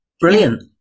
brilliant